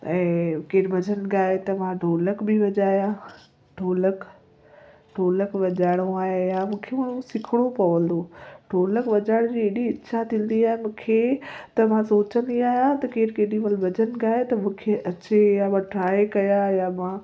ऐं केर भॼन ॻाए त मां ढोलक बि वॼाया ढोलक ढोलक वॼाइणो आहे या मूंखे सिखिणो पवंदो ढोलक वॼाएण जी हेॾी इच्छा थींदी आहे मूंखे त मां सोचंदी आहियां त केर केॾी महिल भॼन ॻाए त मूंखे अचे या ट्राए कयां या मां